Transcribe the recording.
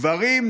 גברים,